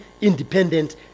independent